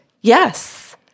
Yes